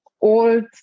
old